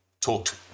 talked